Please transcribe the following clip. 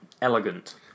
elegant